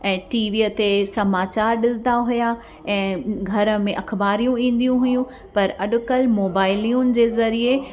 ऐं टीवीअ ते समाचार ॾिसंदा हुआ ऐं घर में अख़बारियूं ईंदियूं हुयूं पर अॼुकल्ह मोबाइलियुनि जे ज़रिए